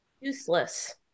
Useless